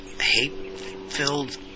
hate-filled